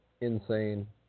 insane